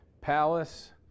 palace